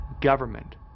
government